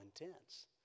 intense